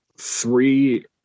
three